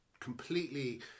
completely